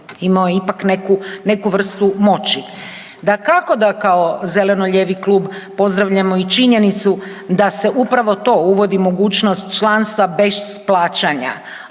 imamo je ipak neku, neku vrstu moći. Dakako da kao zeleno-lijevi klub pozdravljamo i činjenicu da se upravo to uvodi mogućnost članstva bez plaćanja,